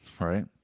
right